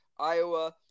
Iowa